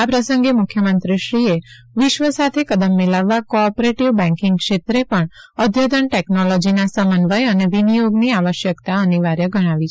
આ પ્રસંગે મુખ્યમંત્રીએ વિશ્વ સાથે કદમ મિલાવવા કો ઓપરેટિવ બેન્કિંગ ક્ષેત્રે પણ અદ્યતન ટેકનોલોજીના સમન્વય અને વિનિયોગની આવશ્યકતા અનિવાર્ય ગણાવી છે